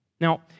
Now